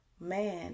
man